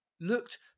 looked